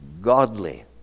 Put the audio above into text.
godly